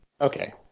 Okay